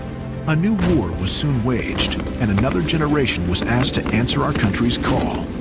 a new war was soon waged and another generation was asked to answer our country's call,